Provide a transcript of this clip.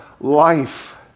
life